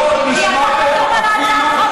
אתה לא מוכן להגיד